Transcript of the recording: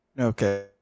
Okay